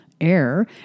air